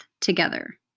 together